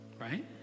right